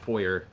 foyer,